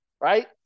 right